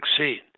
vaccine